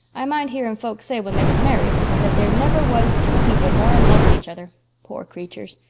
i mind hearing folks say when they was married that there never was two people more in love with each other pore creatures,